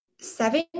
seven